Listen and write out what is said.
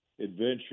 adventure